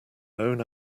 own